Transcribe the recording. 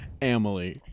Emily